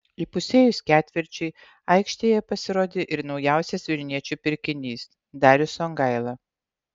įpusėjus ketvirčiui aikštėje pasirodė ir naujausias vilniečių pirkinys darius songaila